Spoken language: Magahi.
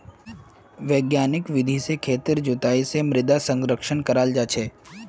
वैज्ञानिक विधि से खेतेर जुताई से मृदा संरक्षण कराल जा छे